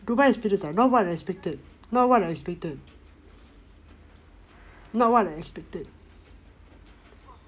dubai expereince ah not what I expected not what I expected not what I expected